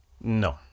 No